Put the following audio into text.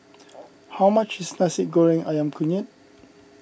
how much is Nasi Goreng Ayam Kunyit